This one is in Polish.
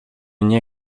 nie